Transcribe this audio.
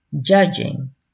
judging